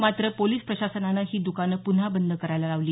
मात्र पोलिस प्रशासनानं ही द्काने पुन्हा बंद करायला लावली